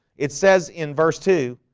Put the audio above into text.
it says in verse two